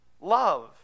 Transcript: Love